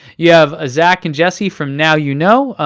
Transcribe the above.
yeah have ah zac and jesse from now you know,